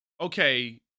Okay